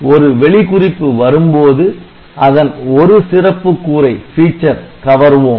ஒரு வெளி குறிப்பு வரும்போது அதன் ஒரு சிறப்புக் கூறை கவர்வோம்